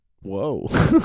Whoa